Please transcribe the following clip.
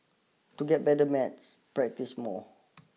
to get better maths practise more